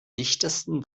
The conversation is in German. dichtesten